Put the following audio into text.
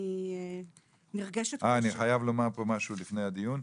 אני חייב לומר לפני הדיון.